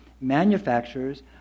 manufacturers